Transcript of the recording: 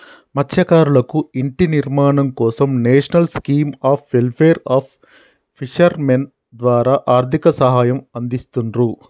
మత్స్యకారులకు ఇంటి నిర్మాణం కోసం national scheme of welfare of fishermen ద్వారా ఆర్థిక సహాయం అందిస్తున్రు